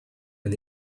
and